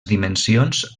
dimensions